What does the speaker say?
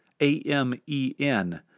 A-M-E-N